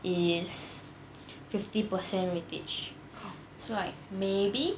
is fifty percent weightage so like maybe